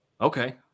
Okay